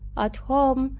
at home,